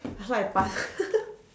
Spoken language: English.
so I pass